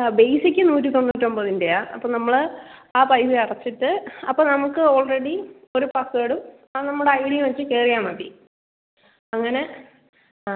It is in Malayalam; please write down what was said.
ആ ബേസിക്ക് നൂറ്റിതൊണ്ണൂറ്റൊമ്പതിന്റെയാണ് അപ്പം നമ്മൾ ആ പൈസ അടച്ചിട്ട് അപ്പം നമുക്ക് ഓൾറെഡി ഒരു പാസ്വേർഡ് ആ നമ്മുടെ ഐ ഡി വെച്ചും കയറിയാൽ മതി അങ്ങനെ ആ